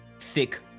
thick